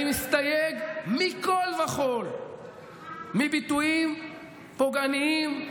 ואני מסתייג מכול וכול מביטויים פוגעניים,